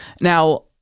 Now